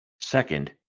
Second